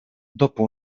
dopo